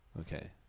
okay